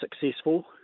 successful